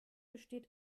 besteht